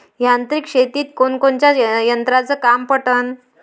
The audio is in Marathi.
यांत्रिक शेतीत कोनकोनच्या यंत्राचं काम पडन?